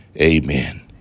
amen